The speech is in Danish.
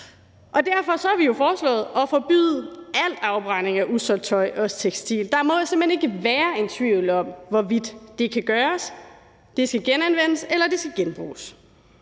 Derfor har vi jo foreslået at forbyde al afbrænding af usolgt tøj og tekstil. Der må simpelt hen ikke være tvivl om, hvorvidt det kan gøres. Det skal genanvendes, eller det